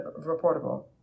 reportable